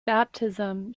baptism